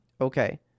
Okay